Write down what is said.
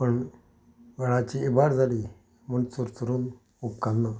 पण वेळाची इबाड जाली म्हूण चुरचुरून उपकारना